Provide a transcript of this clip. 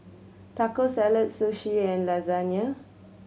Taco Salad Sushi and Lasagna